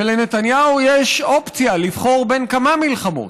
ולנתניהו יש אופציה לבחור בין כמה מלחמות.